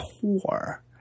poor